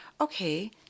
okay